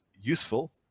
useful